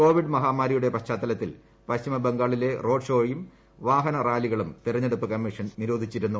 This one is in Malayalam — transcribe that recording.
കോവിഡ് മഹാമാരിയുടെ പശ്ചാത്തലത്തിൽ പശ്ചിമ ബംഗാളിലെ റോഡ് ഷോയും വാഹന റാലികളും തെരഞ്ഞെടുപ്പ് കമ്മീഷൻ നിരോധിച്ചിരുന്നു